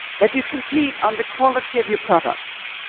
that you compete on the quality of your products,